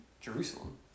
Jerusalem